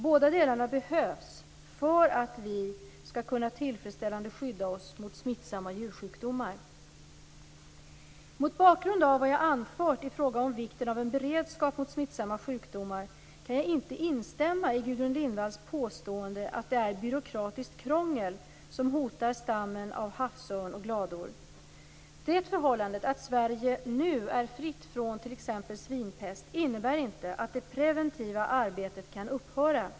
Båda delarna behövs för att vi skall kunna skydda oss tillfredsställande mot smittsamma djursjukdomar. Mot bakgrund av vad jag har anfört i fråga om vikten av en beredskap mot smittsamma sjukdomar kan jag inte instämma i Gudrun Lindvalls påstående att det är "byråkratiskt krångel" som hotar stammen av havsörn och glador. Det förhållandet att Sverige nu är fritt från t.ex. svinpest innebär inte att det preventiva arbetet kan upphöra.